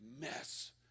mess